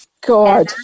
god